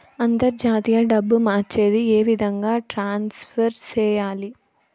అంతర్జాతీయ డబ్బు మార్చేది? ఏ విధంగా ట్రాన్స్ఫర్ సేయాలి?